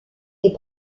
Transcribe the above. des